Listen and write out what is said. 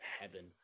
heaven